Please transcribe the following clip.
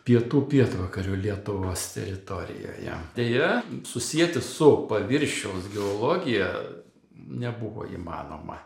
pietų pietvakarių lietuvos teritorijoje deja susieti su paviršiaus geologija nebuvo įmanoma